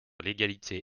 l’égalité